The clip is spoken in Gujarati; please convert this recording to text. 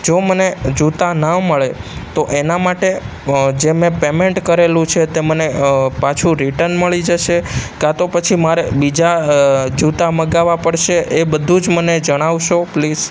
જો મને જૂતા ના મળે તો એના માટે જે મેં પેમેન્ટ કરેલું છે તે મને પાછું રિટર્ન મળી જશે કાં તો પછી મારે બીજા જૂતા મગાવવા પડશે એ બધું જ મને જણાવશો પ્લીસ